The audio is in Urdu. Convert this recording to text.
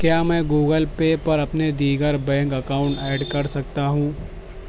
کیا میں گوگل پے پر اپنے دیگر بینک اکاؤنٹ ایڈ کرسکتا ہوں